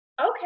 okay